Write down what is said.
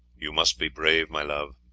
you must be brave, my love.